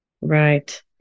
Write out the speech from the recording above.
Right